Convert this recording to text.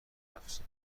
کرفسه